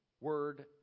word